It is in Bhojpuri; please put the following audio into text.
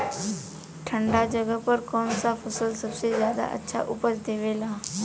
ठंढा जगह पर कौन सा फसल सबसे ज्यादा अच्छा उपज देवेला?